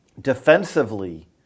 defensively